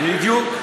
בדיוק.